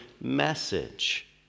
message